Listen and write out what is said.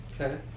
okay